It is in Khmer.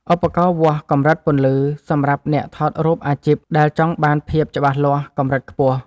ឧបករណ៍វាស់កម្រិតពន្លឺ សម្រាប់អ្នកថតរូបអាជីពដែលចង់បានភាពច្បាស់លាស់កម្រិតខ្ពស់។